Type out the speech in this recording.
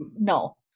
no